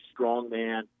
strongman